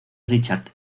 richard